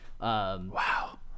Wow